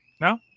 No